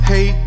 Hey